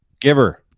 Giver